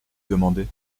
demander